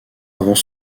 avant